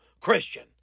Christian